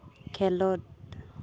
ᱠᱷᱮᱞᱳᱰ